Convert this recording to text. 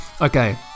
Okay